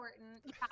important